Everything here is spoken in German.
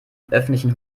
öffentlichen